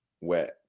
wet